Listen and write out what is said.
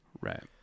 right